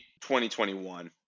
2021